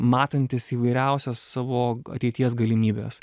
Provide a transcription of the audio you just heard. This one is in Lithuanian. matantis įvairiausias savo ateities galimybes